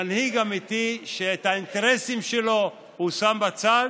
מנהיג אמיתי שאת האינטרסים שלו הוא שם בצד.